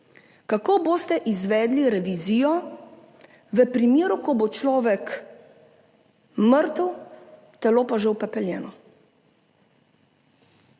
kako boste izvedli revizijo v primeru, ko bo človek mrtev, telo pa že upepeljeno?